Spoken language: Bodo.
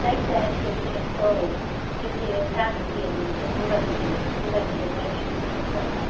जायखिया सेरसे औ सेरसे जागोन दे मोनगोन लगाय मोनदेर लगाय मोनदेर बाबो एक्स' थाखा फ'वाखा